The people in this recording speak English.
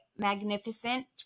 magnificent